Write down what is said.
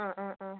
ആ ആ ആ